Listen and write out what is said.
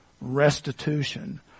restitution